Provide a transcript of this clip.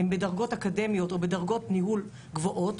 הן בדרגות אקדמיות או בדרגות ניהול גבוהות